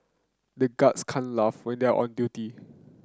the guards can't laugh when they are on duty